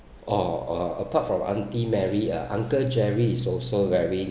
oh uh apart from aunty mary uh uncle jerry is also very